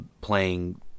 playing